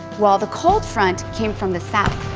while the cold front came from the south.